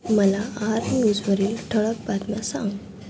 मला आर न्यूजवरील ठळक बातम्या सांग